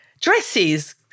dresses